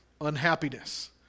unhappiness